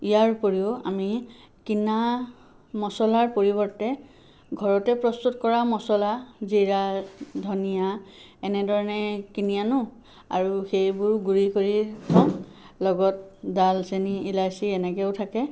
ইয়াৰ উপৰিও আমি কিনা মছলাৰ পৰিৱৰ্তে ঘৰতে প্ৰস্তুত কৰা মছলা জিৰা ধনীয়া এনেধৰণে কিনি আনো আৰু সেইবোৰো গুড়ি কৰি থওঁ লগত দালচেনি ইলাচি এনেকৈও থাকে